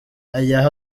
ayahe